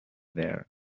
there